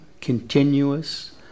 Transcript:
continuous